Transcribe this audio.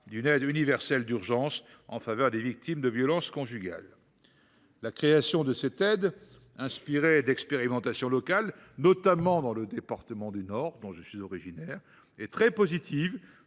d’une aide universelle d’urgence pour les victimes de violences conjugales. La création de cette aide, inspirée d’expérimentations locales, notamment dans mon département du Nord, est très positive